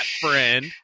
friend